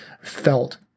felt